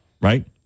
Right